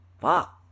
fuck